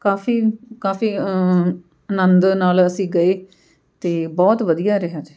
ਕਾਫ਼ੀ ਕਾਫ਼ੀ ਆਨੰਦ ਨਾਲ ਅਸੀਂ ਗਏ ਅਤੇ ਬਹੁਤ ਵਧੀਆ ਰਿਹਾ ਜੀ